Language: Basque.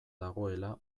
dagoela